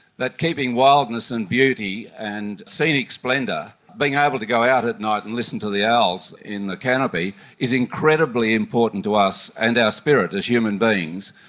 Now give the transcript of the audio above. that keeping wildness and beauty and scenic splendour, being able to go out at night and listen to the owls in the canopy is incredibly important to us and our spirit as human beings,